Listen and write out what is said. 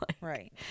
Right